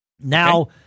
Now